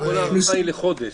כל ההארכה היא לחודש.